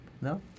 No